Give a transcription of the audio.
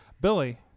Billy